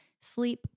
Sleep